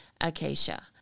Acacia